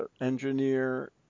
engineer